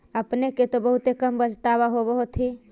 अपने के तो बहुते कम बचतबा होब होथिं?